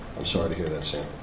i'm sorry to hear that, sam.